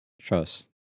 Trust